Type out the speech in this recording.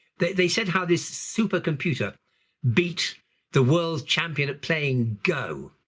they they said how this supercomputer beat the world's champion at playing go.